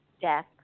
death